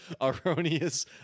erroneous